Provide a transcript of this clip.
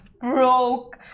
broke